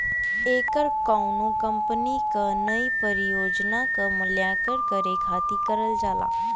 ऐकर कउनो कंपनी क नई परियोजना क मूल्यांकन करे खातिर करल जाला